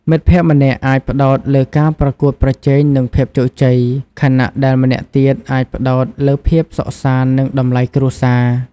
មិត្តភក្តិម្នាក់អាចផ្តោតលើការប្រកួតប្រជែងនិងភាពជោគជ័យ ខណៈដែលម្នាក់ទៀតអាចផ្តោតលើភាពសុខសាន្តនិងតម្លៃគ្រួសារ។